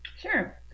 Sure